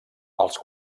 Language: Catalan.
els